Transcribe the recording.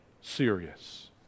serious